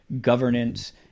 governance